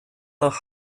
nach